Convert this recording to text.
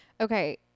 Okay